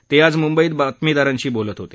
ते आज मुंबईत बातमीदारांशी बोलत होते